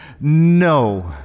no